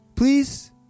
Please